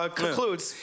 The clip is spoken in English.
concludes